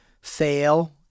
fail